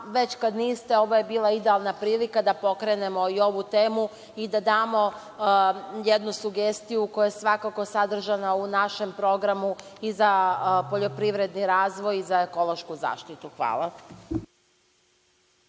već kad niste, ovo je bila idealna prilika da pokrenemo i ovu temu i da damo jednu sugestiju koja je svakako sadržana u našem programu i za poljoprivredni razvoj i za ekološku zaštitu. Hvala.